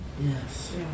Yes